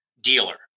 dealer